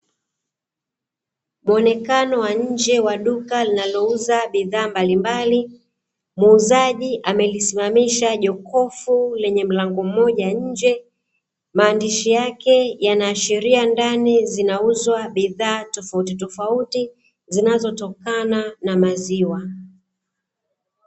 Muonekano wa nje wa duka linalo uza bidhaa mbalimbali muuzaji amesimamisha jokofu lenye mlango mmoja nje maandishi yake yana ashiria ndani zinauzwa bidhaa tofauti tofauti zinatokana na maziwa.